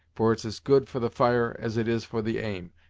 for it's as good for the fire, as it is for the aim,